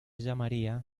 llamaría